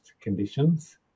conditions